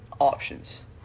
options